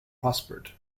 prospered